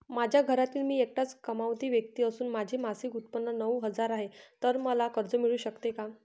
माझ्या घरातील मी एकटाच कमावती व्यक्ती असून माझे मासिक उत्त्पन्न नऊ हजार आहे, तर मला कर्ज मिळू शकते का?